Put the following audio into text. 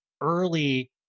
early